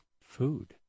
food